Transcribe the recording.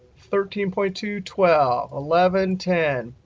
thirteen point two, twelve, eleven, ten,